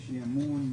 יש אי-אמון,